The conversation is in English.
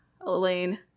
elaine